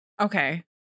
Okay